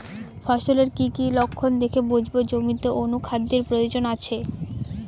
ফসলের কি কি লক্ষণ দেখে বুঝব জমিতে অনুখাদ্যের প্রয়োজন আছে?